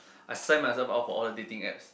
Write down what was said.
I sent myself out for all the dating apps